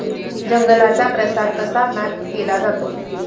जंगलांचा प्रसार कसा मॅप केला जातो?